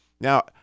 Now